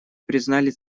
признали